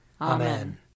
Amen